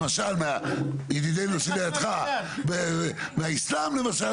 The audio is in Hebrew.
למשל מידידינו שלידך והאסלאם למשל,